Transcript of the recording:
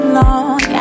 long